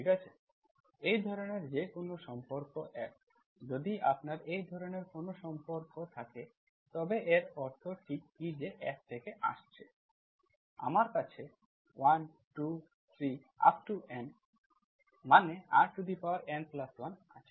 ঠিক আছে এই ধরনের যে কোনও সম্পর্ক F যদি আপনার এই ধরনের কোনও সম্পর্ক থাকে তবে এর অর্থ ঠিক কী যে F থেকে এসেছে তোমার কাছে 123N Rn1 আছে